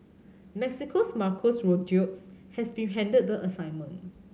Mexico's Marco Rodriguez has been handed the assignment